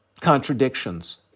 contradictions